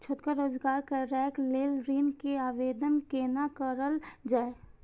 छोटका रोजगार करैक लेल ऋण के आवेदन केना करल जाय?